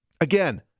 again